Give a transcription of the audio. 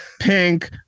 pink